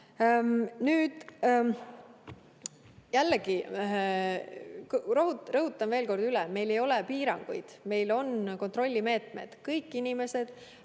Jällegi, rõhutan veel kord üle: meil ei ole piiranguid, meil on kontrollimeetmed. Kõik inimesed